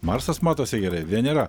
marsas matosi gerai venera